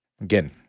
Again